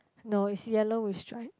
no it's yellow with stripe